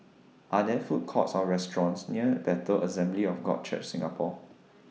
Are There Food Courts Or restaurants near Bethel Assembly of God Church Singapore